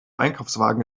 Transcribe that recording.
einkaufswagen